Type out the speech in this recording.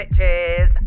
bitches